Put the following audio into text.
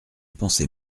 penser